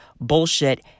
bullshit